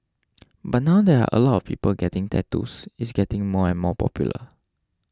but now there are a lot of people getting tattoos it's getting more and more popular